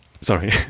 Sorry